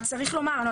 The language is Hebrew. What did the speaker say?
יש לומר,